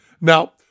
Now